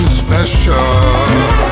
special